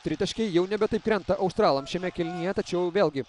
tritaškiai jau nebe taip krenta australams šiame kėlinyje tačiau vėlgi